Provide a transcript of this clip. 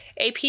AP